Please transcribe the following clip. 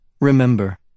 Remember